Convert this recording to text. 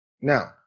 Now